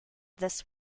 this